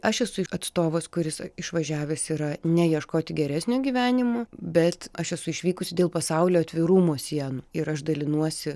aš esu atstovas kuris išvažiavęs yra ne ieškoti geresnio gyvenimo bet aš esu išvykusi dėl pasaulio atvirumo sienų ir aš dalinuosi